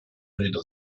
rede